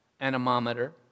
anemometer